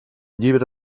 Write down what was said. llibre